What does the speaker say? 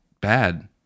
bad